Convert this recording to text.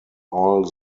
all